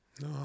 No